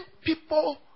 people